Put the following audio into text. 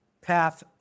path